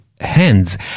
hands